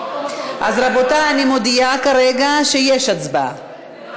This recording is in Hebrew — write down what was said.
רבותי, אני מודיעה כרגע שיש הצבעה.